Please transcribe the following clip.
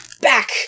back